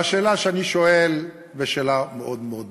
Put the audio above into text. והשאלה שאני שואל היא שאלה מאוד מאוד ברורה: